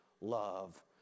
love